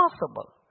possible